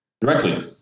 Directly